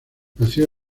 nació